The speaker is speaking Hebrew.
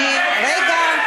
רגע.